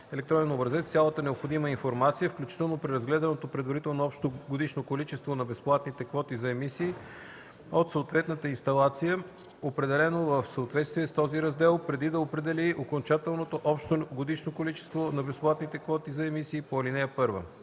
електронен образец, цялата необходима информация, включително преразгледаното предварително общо годишно количество на безплатните квоти за емисии от съответната инсталация, определено в съответствие с този раздел, преди да определи окончателното общо годишно количество на безплатните квоти за емисии по ал. 1.